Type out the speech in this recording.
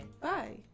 Bye